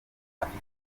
afite